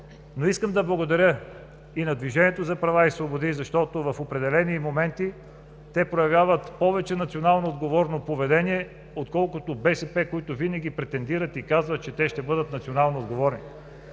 Но искам да благодаря и на Движението за права и свободи, защото в определени моменти те проявяват повече национално отговорно поведение отколкото БСП, които винаги претендират и казват, че те ще бъдат национално отговорни.